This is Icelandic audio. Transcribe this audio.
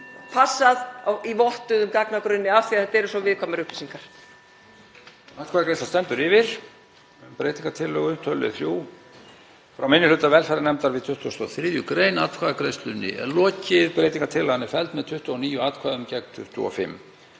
passað í vottuðum gagnagrunni af því að þetta eru svo viðkvæmar upplýsingar.